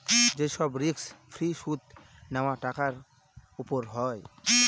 যে সব risk free সুদ নেওয়া টাকার উপর হয়